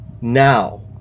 Now